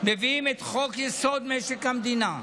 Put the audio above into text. מביאים את חוק-יסוד: משק המדינה,